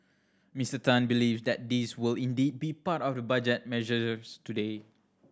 Mister Tan believes that these will indeed be part of the budget measures today